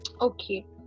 Okay